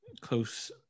close